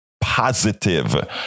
positive